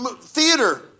theater